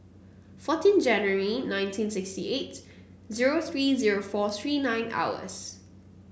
fourteen January nineteen sixty eight zero three zero four three nine hours